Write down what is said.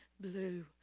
blue